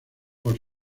por